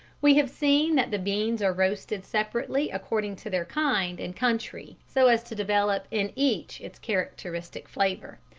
we have seen that the beans are roasted separately according to their kind and country so as to develop in each its characteristic flavour.